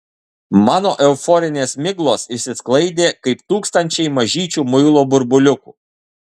mano euforinės miglos išsisklaidė kaip tūkstančiai mažyčių muilo burbuliukų